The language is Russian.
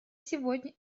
сегодня